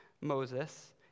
Moses